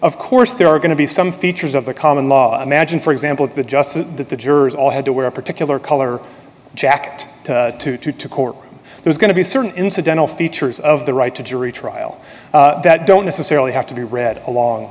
of course there are going to be some features of the common law imagine for example the just that the jurors all had to wear a particular color jacked to court there's going to be certain incidental features of the right to jury trial that don't necessarily have to be read along